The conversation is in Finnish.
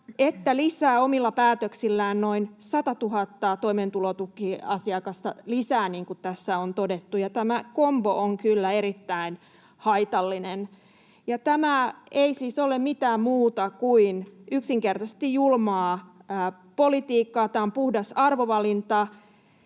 että lisää omilla päätöksillään noin 100 000 toimeentulotukiasiakasta lisää, niin kuin tässä on todettu. Tämä kombo on kyllä erittäin haitallinen. Tämä ei siis ole mitään muuta kuin yksinkertaisesti julmaa politiikkaa. Tämä on puhdas arvovalinta.